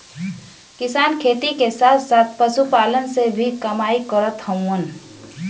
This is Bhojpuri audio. किसान खेती के साथ साथ पशुपालन से भी कमाई करत हउवन